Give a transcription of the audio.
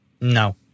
No